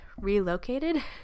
relocated